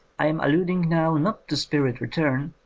i am allud ing now, not to spirit return,